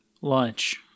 lunch